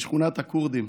משכונת הכורדים,